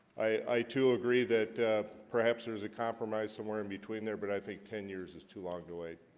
i too agree that perhaps there's a compromise somewhere in between there, but i think ten years is too long to wait.